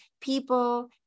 people